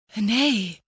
Nay